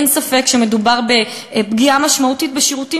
אין ספק שמדובר בפגיעה משמעותית בשירותים